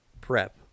prep